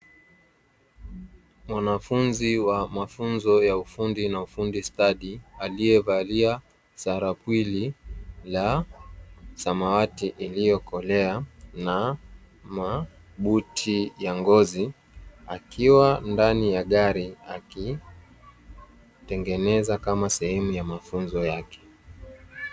Mwanafunzi wa mafunzo ya ufundi na ufundistadi aliyevalia Sarawili ya samawati iliyokolea na mabuti ya ngozi akiwa ndani ya gari akitengeneza, kama sehemu ya mafunzo yake.